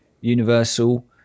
Universal